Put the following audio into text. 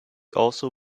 also